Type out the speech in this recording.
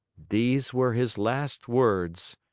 these were his last words.